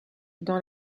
dans